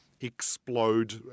explode